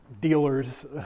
dealers